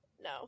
no